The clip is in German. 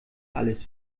alles